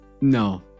no